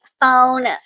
phone